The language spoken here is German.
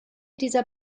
dieser